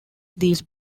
these